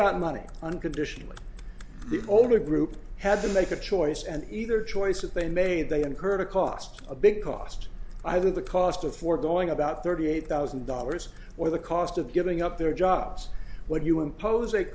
got money unconditionally the only group had to make a choice and either choices they made they incurred a cost a big cost either the cost of forgoing about thirty eight thousand dollars or the cost of giving up their jobs when you impose a